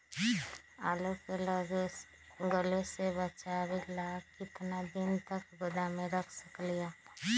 आलू के गले से बचाबे ला कितना दिन तक गोदाम में रख सकली ह?